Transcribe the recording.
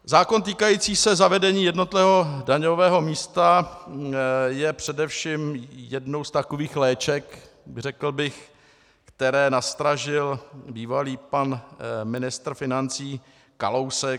Zákon týkající se zavedení jednotného daňového místa je především jednou z takových léček, řekl bych, které nastražil bývalý pan ministr financí Kalousek.